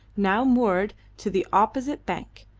now moored to the opposite bank,